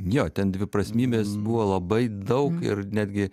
jo ten dviprasmybės buvo labai daug ir netgi